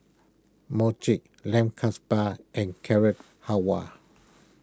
Mochi Lamb and Carrot Halwa